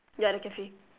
ya the cafe